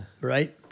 right